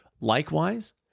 Likewise